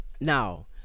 Now